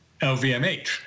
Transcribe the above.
LVMH